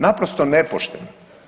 Naprosto nepošteno.